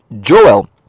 Joel